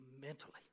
mentally